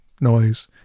noise